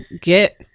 get